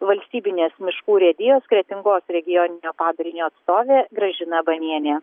valstybinės miškų urėdijos kretingos regioninio padalinio atstovė gražina banienė